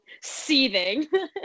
seething